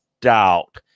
doubt